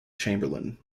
chamberlain